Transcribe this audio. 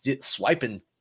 swiping